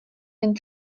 jen